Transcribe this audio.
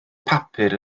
papur